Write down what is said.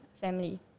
family